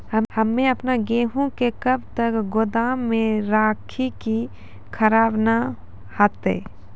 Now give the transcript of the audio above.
हम्मे आपन गेहूँ के कब तक गोदाम मे राखी कि खराब न हते?